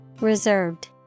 Reserved